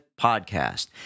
podcast